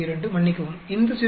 72 மன்னிக்கவும் இந்த 0